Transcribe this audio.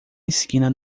esquina